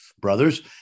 brothers